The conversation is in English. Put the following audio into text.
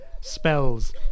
Spells